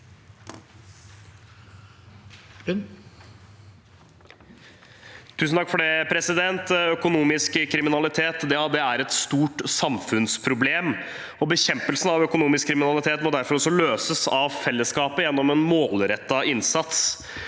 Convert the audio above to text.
Lund (R) Økonomisk kriminalitet er et stort samfunnsproblem, og bekjempelse av økonomisk kriminalitet må derfor også løses av fellesskapet gjennom en målrettet innsats.